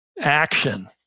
action